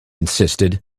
insisted